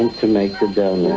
and to make the